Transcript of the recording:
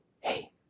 Hey